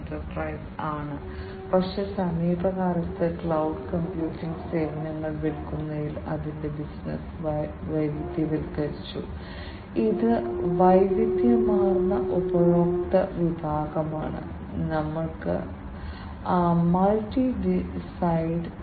തുടർന്ന് നമുക്ക് ഈ സാധാരണ കാർബൺ മോണോക്സൈഡ് അല്ലെങ്കിൽ ജനറൽ ഗ്യാസ് സെൻസർ ഉണ്ട് ഇത് കാർബൺ മോണോക്സൈഡ് പോലുള്ള വ്യത്യസ്ത വാതകങ്ങളിലെ മാറ്റങ്ങളോട് വളരെ സെൻസിറ്റീവ് ആണ്